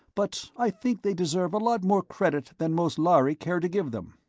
but i think they deserve a lot more credit than most lhari care to give them.